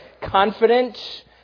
confident